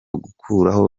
gukuraho